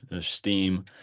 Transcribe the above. steam